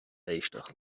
éisteacht